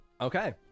Okay